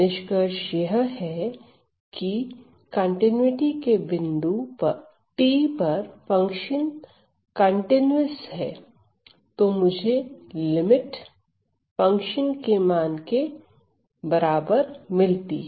निष्कर्ष यह है की कॉन्टिनुइटी के बिंदु t पर फंक्शन कंटीन्यूअस है तो मुझे लिमिट फंक्शन के मान के बराबर है